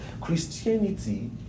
Christianity